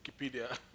Wikipedia